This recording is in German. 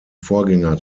vorgänger